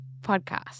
podcast